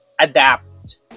adapt